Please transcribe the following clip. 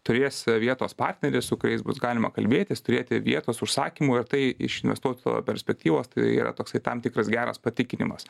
turės vietos partnerį su kuriais bus galima kalbėtis turėti vietos užsakymų ir tai iš investuotojo perspektyvos tai yra toksai tam tikras geras patikinimas